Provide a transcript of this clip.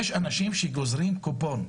יש אנשים שגוזרים קופון.